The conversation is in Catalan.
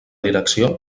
direcció